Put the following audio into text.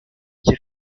qui